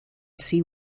see